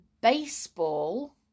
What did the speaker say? baseball